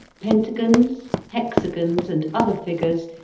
pentagons, hexagons, and other figures,